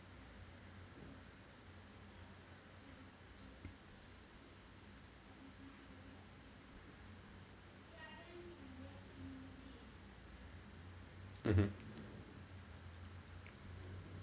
mmhmm